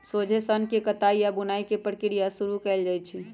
सोझे सन्न के कताई आऽ बुनाई के प्रक्रिया शुरू कएल जाइ छइ